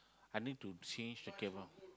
I need to change the camera